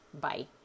Bye